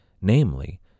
namely